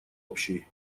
общий